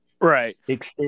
right